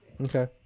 Okay